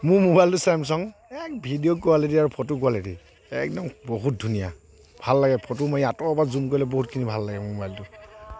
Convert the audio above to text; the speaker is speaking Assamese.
মোৰ ম'বাইলটো চেমচং এহ ভিডিঅ' কোৱালিটি আৰু ফটো কোৱালিটি একদম বহুত ধুনীয়া ভাল লাগে ফটো মাৰি আঁতৰৰ পৰা জুম কৰিলে বহুতখিনি ভাল লাগে ম'বাইলটোত